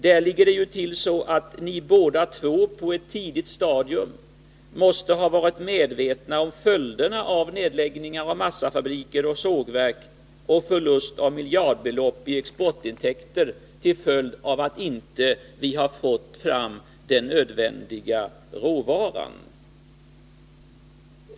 Beträffande de sistnämnda måste ni båda två på ett tidigt stadium ha varit medvetna om följderna av nedläggningar av massafabriker och sågverk och förlust av miljardbelopp i exportintäkter till följd av att vi inte har fått fram den nödvändiga råvaran.